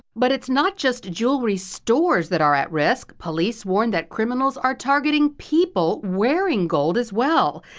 but it's not just jewelry stores that are at risk. police warn that criminals are targeting people wearing gold as well.